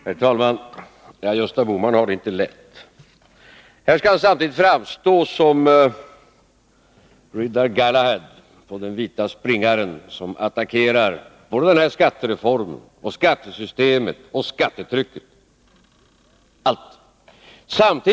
Herr talman! Gösta Bohman har det inte lätt. Här skall han dels framstå som riddare Galahad på den vita springaren som attackerar denna skattereform, skattesystemet och skattetrycket — allt.